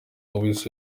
luis